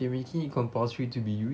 they making it compulsory to be used